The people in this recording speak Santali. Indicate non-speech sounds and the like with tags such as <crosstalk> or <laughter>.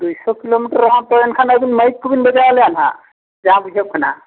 ᱫᱩᱭᱥᱚ ᱠᱤᱞᱳᱢᱤᱴᱟᱨ <unintelligible> ᱟᱹᱵᱤᱱ ᱢᱟᱭᱤᱠ ᱠᱚᱵᱤᱱ ᱵᱟᱡᱟᱣ ᱟᱞᱮᱭᱟ ᱦᱟᱸᱜ ᱡᱟ ᱵᱩᱡᱩᱜ ᱠᱟᱱᱟ